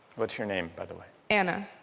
what's your name by the way. anna.